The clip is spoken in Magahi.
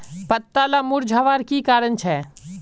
पत्ताला मुरझ्वार की कारण छे?